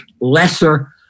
lesser